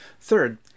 Third